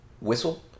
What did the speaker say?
Whistle